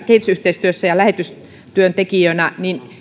kehitysyhteistyössä ja lähetystyöntekijöinä